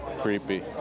Creepy